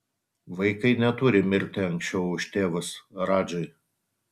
vaikai neturi mirti anksčiau už tėvus radžai